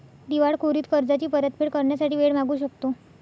दिवाळखोरीत कर्जाची परतफेड करण्यासाठी वेळ मागू शकतो